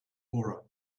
aura